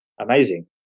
Amazing